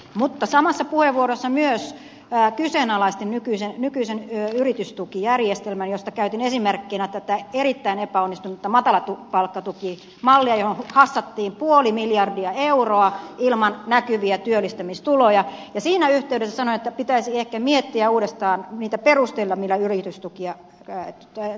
mutta samassa puheenvuorossa myös kyseenalaistin nykyisen yritystukijärjestelmän josta käytin esimerkkinä tätä erittäin epäonnistunutta matalapalkkatukimallia johon hassattiin puoli miljardia euroa ilman näkyviä työllistämistuloja ja siinä yhteydessä sanoin että pitäisi ehkä miettiä uudestaan niitä perusteita millä yritystukia jaetaan